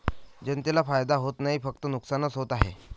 जनतेला फायदा होत नाही, फक्त नुकसानच होत आहे